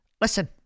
listen